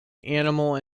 animal